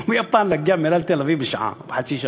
ומיפן להגיע לנמל תל-אביב בשעה, בחצי שעה.